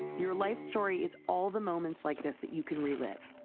your life story is all the moments like this that you can relive.